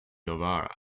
novara